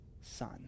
son